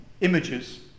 Images